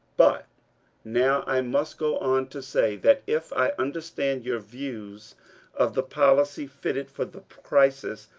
but now i must go on to say that, if i understand your views of the policy fitted for the crisis,